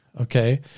okay